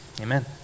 amen